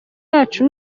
yacu